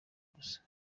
gusa